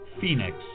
Phoenix